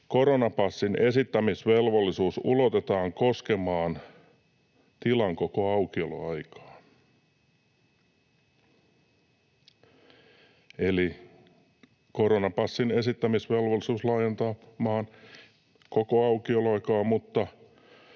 koronapassin esittämisvelvollisuus ulotetaan koskemaan tilan koko aukioloaikaa”. Eli koronapassin esittämisvelvollisuus laajentaa maan koko aukioloaikaa, mutta